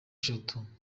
eshatu